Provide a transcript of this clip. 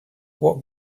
what